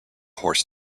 horse